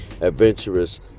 Adventurous